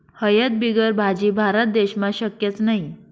हयद बिगर भाजी? भारत देशमा शक्यच नही